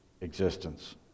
existence